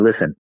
listen